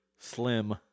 Slim